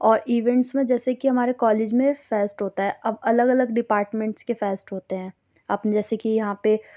اور ایونٹس میں جیسے کہ ہمارے کالج میں فیسٹ ہوتا ہے اب الگ الگ ڈپارٹمنٹس کے فیسٹ ہوتے ہیں اپنے جیسے کہ یہاں پہ